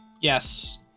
yes